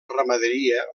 ramaderia